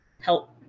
help